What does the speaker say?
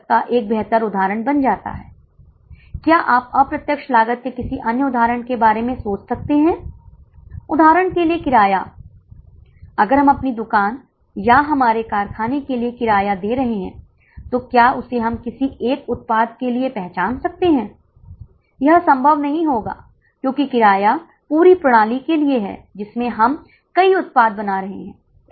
हम उनसे केवल वृद्धिशील लागतों को कवर करने के लिए पर्याप्त शुल्क लेना चाहते हैं हम उनसे कोई लाभ नहीं लेना चाहते हैं साथ ही हम उन्हें सब्सिडी भी नहीं देना चाहते हैं इसलिए जो भी उनकी लागत होगी वह वसूल की जाएगी